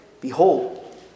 Behold